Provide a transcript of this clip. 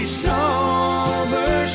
sober